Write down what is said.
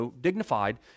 dignified